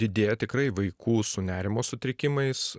didėja tikrai vaikų su nerimo sutrikimais